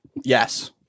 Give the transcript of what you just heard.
Yes